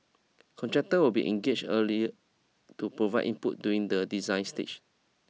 contractors will be engaged early to provide input during the design stage